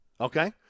okay